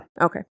Okay